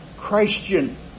Christian